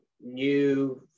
new